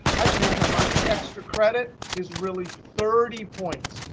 i changed my mind. the extra credit is really thirty points.